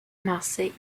marseille